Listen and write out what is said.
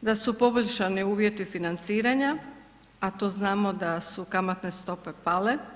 da su poboljšani uvjeti financiranja a to znamo da su kamatne stope pale.